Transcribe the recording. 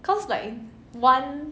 cause like one